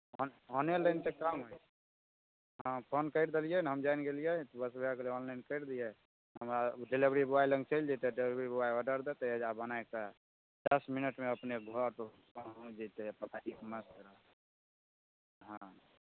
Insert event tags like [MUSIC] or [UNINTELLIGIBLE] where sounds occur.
ओन online तऽ काम हइ हँ फोन करि देलियै ने हम जानि गेलियै बस भए गेलै ऑनलाइन करि दियै हमरा डिलिवरी बॉय लग चलि जेतै डिलिवरी बॉय ऑर्डर देतै जे बनाए कऽ लेकर दस मिनटमे अपने घरपर पहुँच जेतै [UNINTELLIGIBLE] से हँ